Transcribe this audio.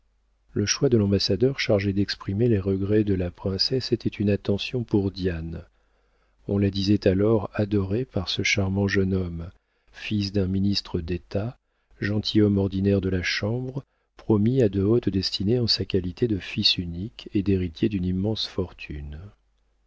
le choix de l'ambassadeur chargé d'exprimer les regrets de la princesse était une attention pour diane on la disait alors adorée par ce charmant jeune homme fils d'un ministre d'état gentilhomme ordinaire de la chambre promis à de hautes destinées en sa qualité de fils unique et d'héritier d'une immense fortune